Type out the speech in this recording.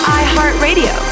iHeartRadio